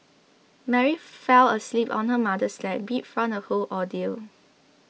Mary fell asleep on her mother's lap beat from the whole ordeal